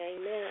Amen